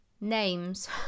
names